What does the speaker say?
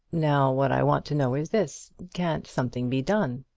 now what i want to know is this can't something be done?